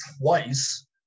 twice